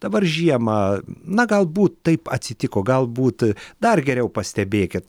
dabar žiemą na galbūt taip atsitiko galbūt dar geriau pastebėkit